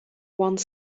one